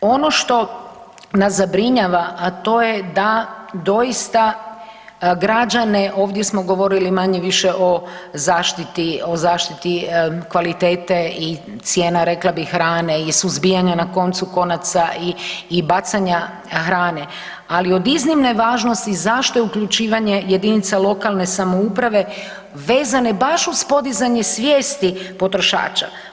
Ono što nas zabrinjava, a to je da doista građane ovdje smo govorili manje-više o zaštiti, o zaštiti kvalitete i cijena rekla bih hrane i suzbijanja na koncu konaca i bacanja hrane, ali od je iznimne važnosti zašto je uključivanje jedinica lokalne samouprave vezane baš uz podizanje svijesti potrošača.